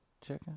chicken